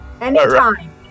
anytime